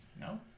no